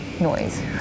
noise